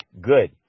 good